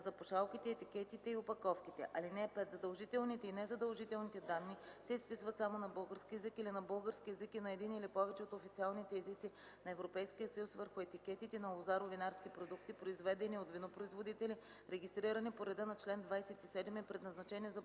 запушалките, етикетите и опаковките. (5) Задължителните и незадължителните данни се изписват само на български език или на български език и на един или повече от официалните езици на Европейския съюз върху етикетите на лозаро-винарски продукти, произведени от винопроизводители, регистрирани по реда на чл. 27, и предназначени за